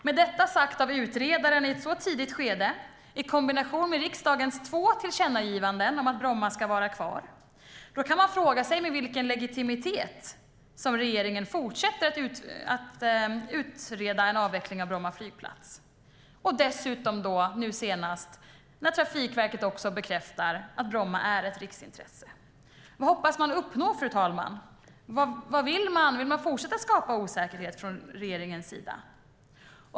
Med detta sagt av utredaren i ett tidigt skede i kombination med riksdagens två tillkännagivanden om att Bromma ska vara kvar kan man fråga sig med vilken legitimitet regeringen fortsätter att utreda en avveckling av Bromma flygplats. Nu bekräftar dessutom Trafikverket att Bromma är ett riksintresse. Vad hoppas man uppnå? Vill regeringen fortsätta skapa osäkerhet?